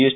S